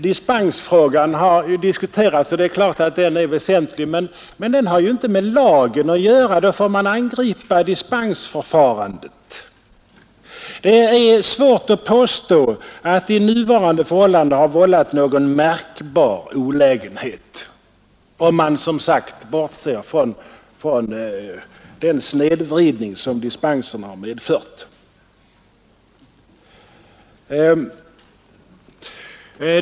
Dispensfrågan har diskuterats, och det är klart att den är väsentlig, men den har ju inte med lagen att göra. Då får man angripa dispensförfarandet. Det är svårt att påstå att de nuvarande förhållandena har vållat någon märkbar olägenhet, om man som sagt bortser från den snedvridning som dispenserna har medfört.